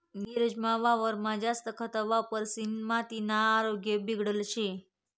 नीरज मना वावरमा जास्त खत वापरिसनी मातीना आरोग्य बिगडेल शे